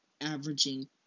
averaging